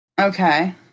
Okay